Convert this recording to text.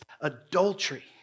adultery